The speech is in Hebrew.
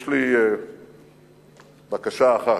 יש לי בקשה אחת: